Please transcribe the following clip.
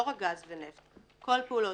לא רק גז ונפט כל פעולות,